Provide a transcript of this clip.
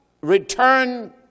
return